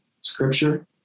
scripture